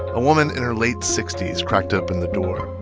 a woman in her late sixty s cracked open the door.